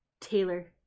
Taylor